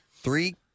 three